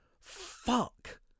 Fuck